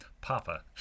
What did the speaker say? papa